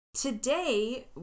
today